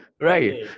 Right